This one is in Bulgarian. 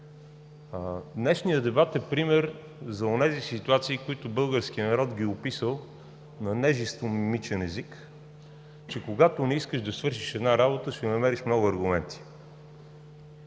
Днешният дебат е пример за онези ситуации, които българският народ ги е описал на нежестомимичен език, че когато не искаш да свършиш една работа, ще намериш много аргументи.